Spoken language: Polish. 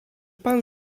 pan